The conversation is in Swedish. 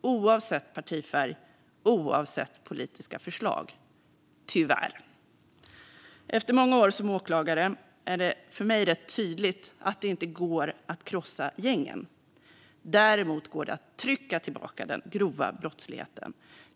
oavsett partifärg och oavsett politiska förslag - tyvärr. Efter många år som åklagare är det för mig rätt tydligt att det inte går att krossa gängen. Däremot går det att trycka tillbaka den grova brottsligheten.